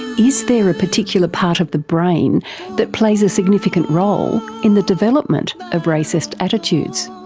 is there a particular part of the brain that plays a significant role in the development of racist attitudes?